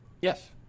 Yes